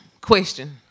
Question